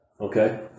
Okay